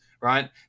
right